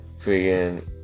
freaking